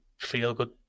feel-good